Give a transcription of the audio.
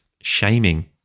shaming